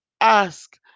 ask